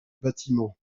bâtiments